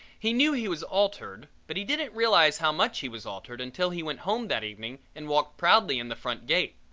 he knew he was altered, but he didn't realize how much he was altered until he went home that evening and walked proudly in the front gate.